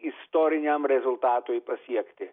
istoriniam rezultatui pasiekti